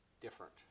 different